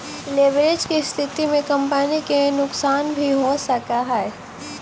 leverage के स्थिति में कंपनी के नुकसान भी हो सकऽ हई